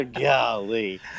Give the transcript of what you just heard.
Golly